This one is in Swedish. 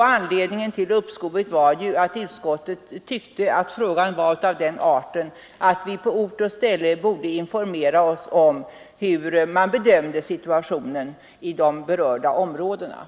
Anledningen till uppskovet var att utskottet tyckte att frågan var av den arten att vi på ort och ställe borde informera oss om hur man bedömde situationen i de berörda områdena.